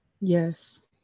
Yes